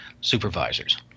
supervisors